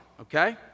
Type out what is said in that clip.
okay